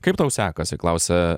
kaip tau sekasi klausia